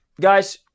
guys